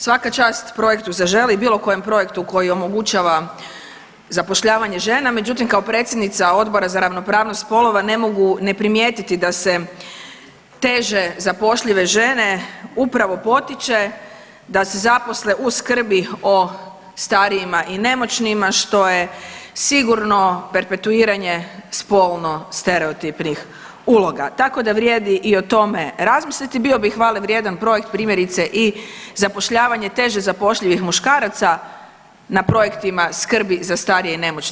Svaka čast projektu „Zaželi“ i bilo kojem projektu koji omogućava zapošljavanje žena, međutim kao predsjednica Odbora za ravnopravnost spolova ne mogu ne primijetiti da se teže zapošljive žene upravo potiče da se zaposle u skrbi o starijima i nemoćnima što je sigurno perpetuiranje spolno stereotipnih uloga, tako da vrijedi i o tome razmisliti, bio bi hvale vrijedan projekt primjerice i zapošljavanje teže zapošljivih muškaraca na projektima skrbi za starije i nemoćne.